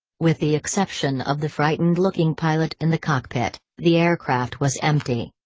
with the exception of the frightened-looking pilot in the cockpit, the aircraft was empty.